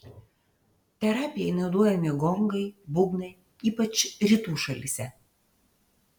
terapijai naudojami gongai būgnai ypač rytų šalyse